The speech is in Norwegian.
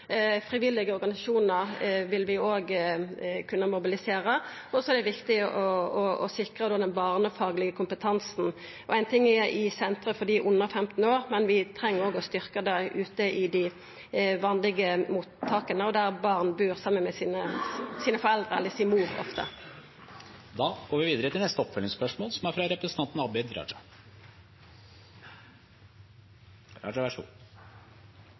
Frivillige organisasjonar vil vi òg kunna mobilisera. Så er det viktig å sikra den barnefaglege kompetansen. Ein ting er å gjera dette ved sentre for dei under 15 år, men vi treng òg å styrkja dei ute i dei vanlege mottaka der barn bur saman med foreldra sine – eller, ofte i denne samanhengen, med mor si. Abid Raja – til oppfølgingsspørsmål.